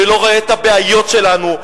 ולא רואה את הבעיות שלנו,